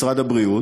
של משרד הבריאות